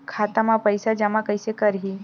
खाता म पईसा जमा कइसे करही?